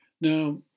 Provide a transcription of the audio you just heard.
Now